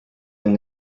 end